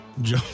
Joe